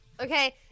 Okay